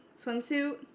swimsuit